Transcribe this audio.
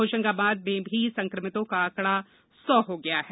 होशंगाबाद में भी संक्रमितों का आंकड़ा सौ हो गया है